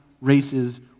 races